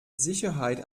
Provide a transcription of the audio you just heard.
sicherheit